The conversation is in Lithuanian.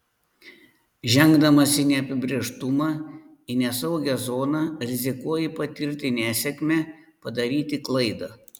žengdamas į neapibrėžtumą į nesaugią zoną rizikuoji patirti nesėkmę padaryti klaidą